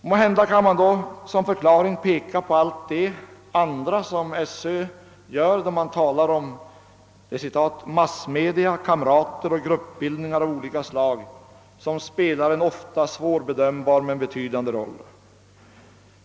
Måhända kan man, som SÖ gör, som förklaring peka på att »massmedia, kamrater och gruppbildningar av olika slag spelar också en ofta svårbedömbar men betydande roll».